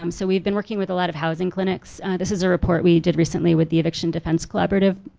um so we've been working with a lot of housing clinics this is a report we did recently with the eviction defense collaborative.